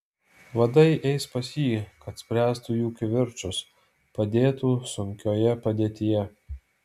vadai eis pas jį kad spręstų jų kivirčus padėtų sunkioje padėtyje